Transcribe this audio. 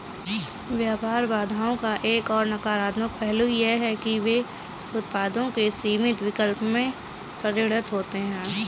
व्यापार बाधाओं का एक और नकारात्मक पहलू यह है कि वे उत्पादों के सीमित विकल्प में परिणत होते है